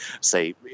say